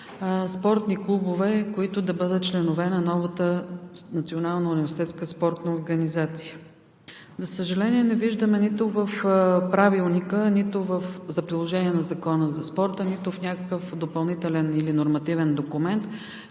спортни клубове, които да бъдат членове на новата Национална университетска спортна организация. За съжаление, не виждаме нито в Правилника за приложение на Закона за спорта, нито някакъв допълнителен или нормативен документ,